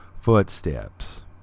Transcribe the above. footsteps